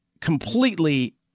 completely